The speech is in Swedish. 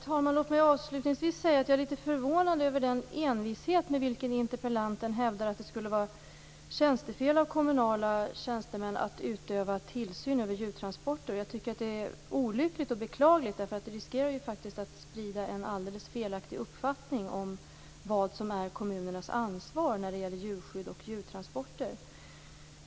Herr talman! Låt mig avslutningsvis säga att jag är litet förvånad över den envishet med vilken interpellanten hävdar att det skulle vara tjänstefel av kommunala tjänstemän att utöva tillsyn över djurtransporter. Jag tycker att det är olyckligt och beklagligt, därför att det riskerar att sprida en alldeles felaktig uppfattning om vad som är kommunernas ansvar när det gäller djurskydd och djurtransporter.